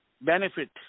benefit